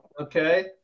okay